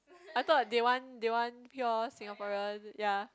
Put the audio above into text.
I thought they want they want pure Singaporean ya